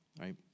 right